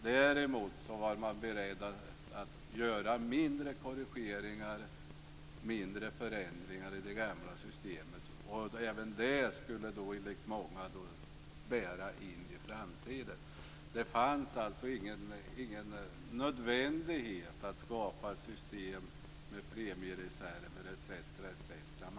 Däremot var man beredd att göra mindre korrigeringar, mindre förändringar, i det gamla systemet. Även det skulle, enligt många, bära in i framtiden. Det var alltså ingen nödvändighet att skapa ett system med premiereserver etc.